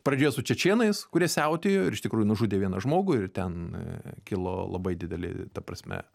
pradžioje su čečėnais kurie siautėjo ir iš tikrųjų nužudė vieną žmogų ir ten kilo labai dideli ta prasme